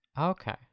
Okay